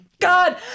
God